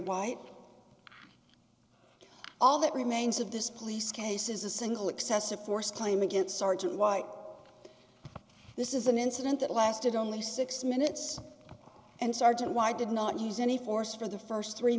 white all that remains of this police case is a single excessive force claim a good sergeant white this is an incident that lasted only six minutes and sergeant why did not use any force for the st three